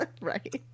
Right